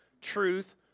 Truth